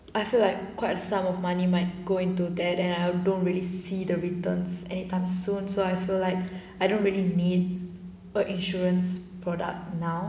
I feel like quite a sum of money might go into that and I don't really see the returns anytime soon so I feel like I don't really need a insurance product now